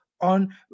On